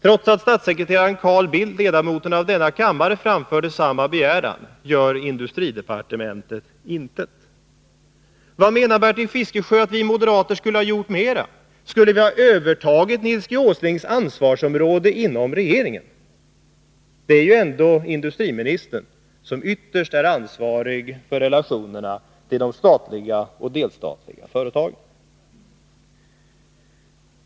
Trots att statssekreteraren Carl Bildt, numera ledamot av denna kammare, framförde samma begäran, gjorde industridepartementet intet. Vad mera menar Bertil Fiskesjö att vi moderater skulle ha gjort? Skulle vi ha övertagit Nils G. Åslings ansvarsområde inom regeringen? Det är ju ändå industriministern som ytterst är ansvarig för relationerna med de statliga och delstatliga företagen.